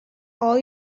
all